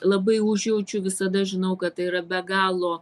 labai užjaučiu visada žinau kad tai yra be galo